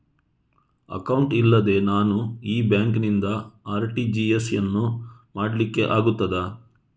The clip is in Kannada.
ಅಕೌಂಟ್ ಇಲ್ಲದೆ ನಾನು ಈ ಬ್ಯಾಂಕ್ ನಿಂದ ಆರ್.ಟಿ.ಜಿ.ಎಸ್ ಯನ್ನು ಮಾಡ್ಲಿಕೆ ಆಗುತ್ತದ?